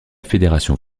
fédération